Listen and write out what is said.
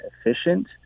efficient